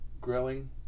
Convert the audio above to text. growing